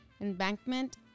embankment